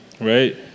right